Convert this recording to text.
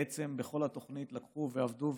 בעצם בכל התוכנית לקחו ועבדו,